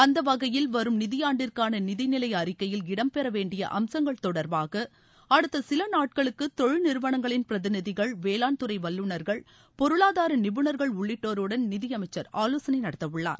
அந்த வகையில் வரும் நிதியாண்டிற்கான நிதிநிலை அறிக்கையில் இடம்பெற வேண்டிய அம்சங்கள் தொடர்பாக அடுத்த சில நாட்களுக்கு தொழில்நிறுவளங்களின் பிரதிநிதிகள் வேளாண்துறை வல்லுநர்கள் பொருளாதார நிபுணர்கள் உள்ளிட்டோருடன் நிதியமைச்சர் ஆலோசனை நடத்தவுள்ளார்